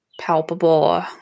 palpable